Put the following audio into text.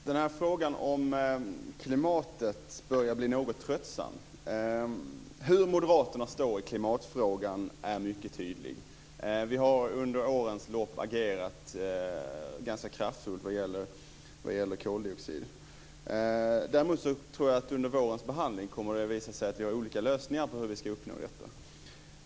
Herr talman! Frågan om klimatet börjar bli något tröttsam. Det är mycket tydligt var Moderaterna står i klimatfrågan. Under årens lopp har vi agerat ganska kraftfullt när det gäller koldioxiden. Däremot tror jag att det under vårens behandling kommer att visa sig att vi har olika lösningar för att uppnå detta.